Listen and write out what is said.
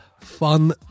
fun